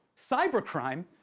cybercrime.